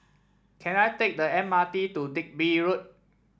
can I take the M R T to Digby Road